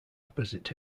opposite